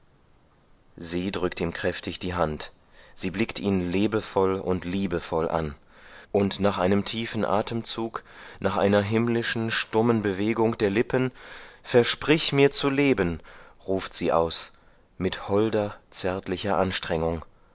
sie drückt ihm kräftig die hand sie blickt ihn lebevoll und liebevoll an und nach einem tiefen atemzug nach einer himmlischen stummen bewegung der lippen versprich mir zu leben ruft sie aus mit holder zärtlicher anstrengung